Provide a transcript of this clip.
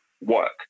work